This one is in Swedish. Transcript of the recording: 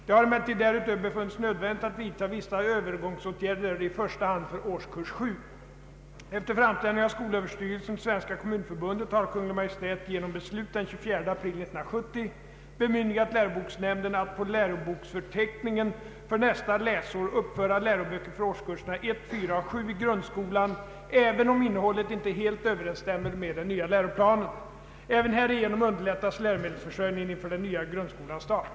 Det har emellertid därutöver befunnits nödvändigt att vidta vissa övergångsåtgärder, i första hand för årskurs 7. april 1970 bemyndigat läroboksnämnden att på läroboksförteckningen för nästa läsår uppföra läroböcker för årskurserna 1, 4 och 7 i grundskolan, även om innehållet inte helt överensstämmer med den nya läroplanen. Även härigenom underlättas läromedelsförsörjningen inför den nya grundskolans start.